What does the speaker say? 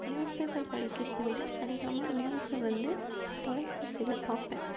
news paper படிக்கிறதை விட அதிகமாக நியூஸை வந்து தொலைக்காட்சியில் பார்ப்பேன்